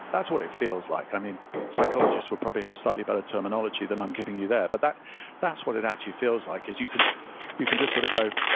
that's what it feels like. i mean psychologists would probably have slightly better terminology than i'm giving you there, but that's that's what it actually feels like. you can you can just sort of go,